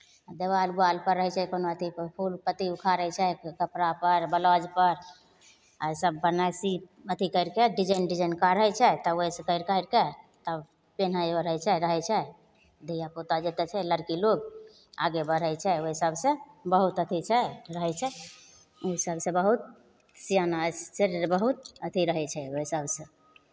दवाल उवालपर रहै छै कोनो अथिके फूल पत्ती उखाड़ै छै कपड़ापर बलाउजपर आर सभ बनारसी अथि करि कऽ डिजाइन डिजाइन काढ़ै छै तब ओहिसँ काढ़ि काढ़ि कऽ तब पिन्है ओढ़ै छै रहै छै धियापुता जतेक छै लड़की लोग आगे बढ़ै छै ओहि सभसँ बहुत अथि छै रहै छै ओ सभसँ बहुत सियान आरसँ बहुत अथि रहै छै ओहि सभसँ